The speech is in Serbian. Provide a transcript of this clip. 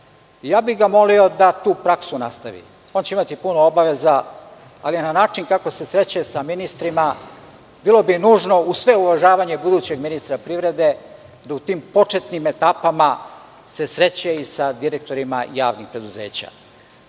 ja bih ga molio da tu praksu nastavi. On će imati puno obaveza, ali na način kako se sreće sa ministrima bilo bi nužno, uz sve uvažavanje budućeg ministra privrede, da u tim početnim etapama se sreće i sa direktorima javnih preduzeća.